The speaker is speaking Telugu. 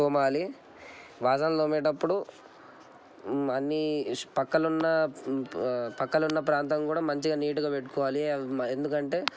తోమాలి బాసనలు తోమేటప్పుడు అన్నీ పక్కలు ఉన్న పక్కనున్న ప్రాంతం కూడా మొత్తం నీట్గా పెట్టుకోవాలి ఎందుకంటే